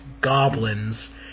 Goblins